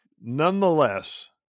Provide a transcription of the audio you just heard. Nonetheless